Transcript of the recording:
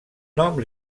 nom